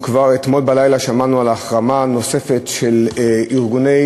אתמול בלילה שמענו על החרמה נוספת של ישראל מצד ארגוני